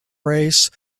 race